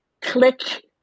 click